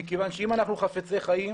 מכיוון שאם אנחנו חפצי חיים